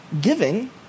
giving